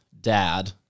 dad